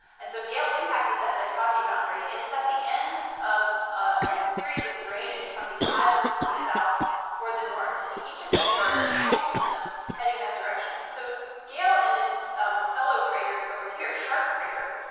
and so gale impacted that dichotomy boundary, and it's at the end of a whole series of drainage from these highlands to the south toward the north, and each of these are a channel system heading that direction. so gale and its um fellow crater over here, sharp crater,